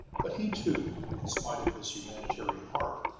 but he too, in spite of his humanitarian heart,